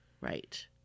Right